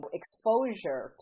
exposure